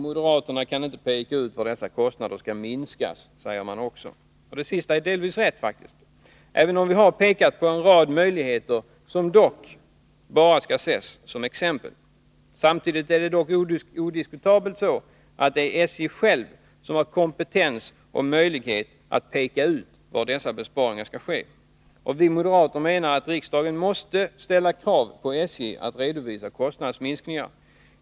Moderaterna kan inte peka ut var dessa kostnader skall minskas, säger man också. Det sista är faktiskt delvis rätt, även om vi har pekat på en rad möjligheter — som dock bara skall ses som exempel. Samtidigt är det odiskutabelt så, att det är SJ självt som har kompetens och möjlighet att peka ut var dessa besparingar skall ske. Vi moderater menar att riksdagen måste ställa krav på SJ att redovisa kostnadsminskningar.